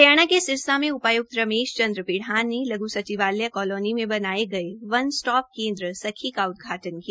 हरियाणा के सिरसा में उपायुक्त रमेश चंद्र बिढान ने लघ् सचिवालय कालोनी में बनाये गये वन स्टोप सेंटर सखी का उदघाटन किया